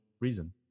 reason